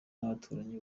n’abaturanyi